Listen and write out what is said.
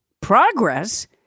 Progress